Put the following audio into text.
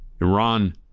Iran